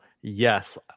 yes